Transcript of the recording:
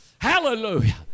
hallelujah